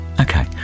Okay